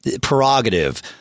prerogative